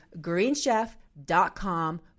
greenchef.com